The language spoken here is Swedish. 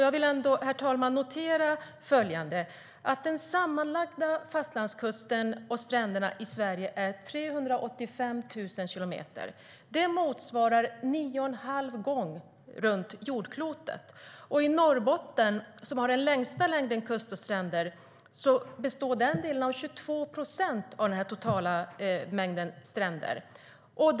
Jag vill, herr talman, nämna följande: Den sammanlagda fastlandskusten och stränderna i Sverige är 385 000 kilometer. Det motsvarar 9 1⁄2 gånger jordklotets omkrets. I Norrbotten, som har den längsta sträckan kust och stränder, består den delen av 22 procent av den totala sträckan stränder.